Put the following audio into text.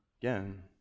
again